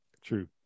True